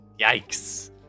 yikes